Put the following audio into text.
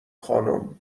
خانم